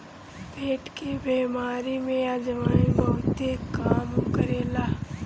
पेट के बेमारी में अजवाईन बहुते काम करेला